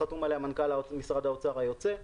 חתום עליה מנכ"ל משרד האוצר היוצא.